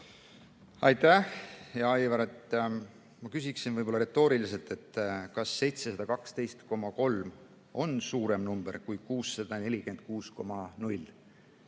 Aitäh, hea Aivar! Ma küsin võib-olla retooriliselt, et kas 712,3 on suurem number kui 646,0?